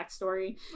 backstory